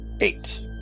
Eight